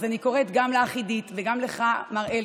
אז אני קוראת גם לך, עידית, וגם לך, מר אלקין,